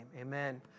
Amen